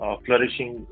flourishing